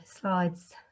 slides